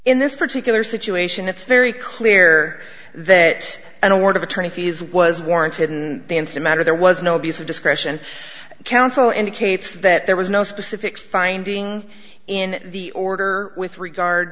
in this particular situation it's very clear that an award of attorney fees was warranted in the n c matter there was no abuse of discretion counsel indicates that there was no specific finding in the order with regard